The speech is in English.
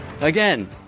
again